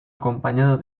acompañado